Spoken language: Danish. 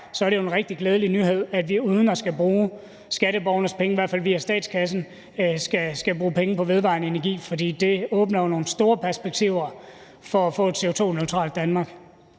så er det en rigtig glædelig nyhed, at vi uden at skulle bruge skatteborgernes penge, i hvert fald ikke via statskassen, skal bruge penge på vedvarende energi, fordi det åbner nogle store perspektiver for at få et CO2-neutralt Danmark.